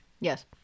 Yes